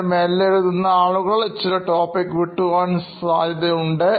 വളരെ മെല്ലെ എഴുതുന്ന ആളുകൾ ചില ടോപിക്സ് വിട്ടു പോകാൻ സാധ്യതയുണ്ട്